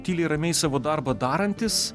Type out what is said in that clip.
tyliai ramiai savo darbą darantis